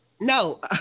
No